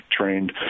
trained